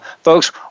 folks